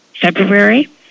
February